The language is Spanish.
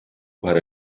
para